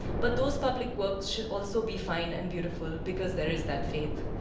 but those public works should also be fine and beautiful, because there is that faith.